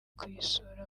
kuyisura